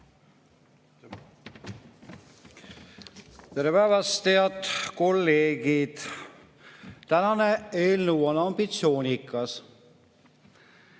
Tere päevast, head kolleegid! Tänane eelnõu on ambitsioonikas.